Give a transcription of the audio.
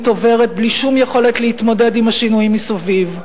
עוברת בלי שום יכולת להתמודד עם השינויים מסביב.